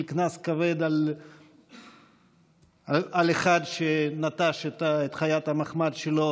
קנס כבד על אחד שנטש את חיית המחמד שלו,